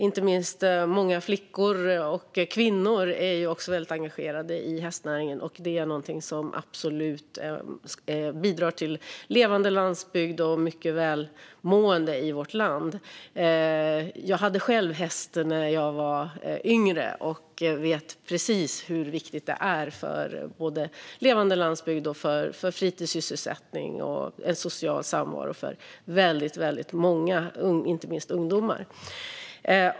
Inte minst är många flickor och kvinnor väldigt engagerade i hästnäringen, och det är någonting som absolut bidrar till en levande landsbygd och mycket välmående i vårt land. Jag hade själv häst när jag var yngre och vet precis hur viktigt det är för levande landsbygd, fritidssysselsättning och en social samvaro för väldigt många, inte minst ungdomar.